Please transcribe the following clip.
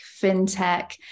fintech